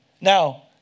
Now